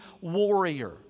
warrior